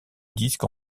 disques